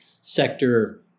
sector